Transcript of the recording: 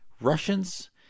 Russians